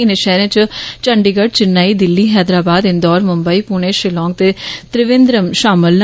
इने शैहरें च चंढीगड़ चिन्नेई दिल्ली हैदराबाद इंदौर मुंबई पुणे शिलांग ते त्रिवेंन्द्रम शामल न